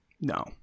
No